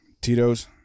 Tito's